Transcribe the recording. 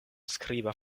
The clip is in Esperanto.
skriba